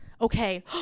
Okay